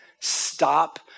Stop